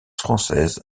française